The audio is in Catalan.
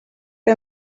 que